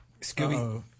Scooby